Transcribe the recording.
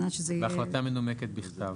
החלטה מנומקת בכתב.